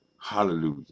Hallelujah